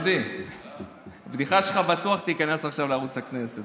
יש מצב שהעברתם את החשמל לנגב,